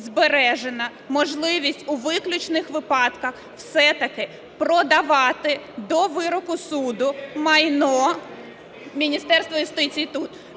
збережена можливість у виключних випадках все-таки продавати до вироку суду майно, Міністерство юстиції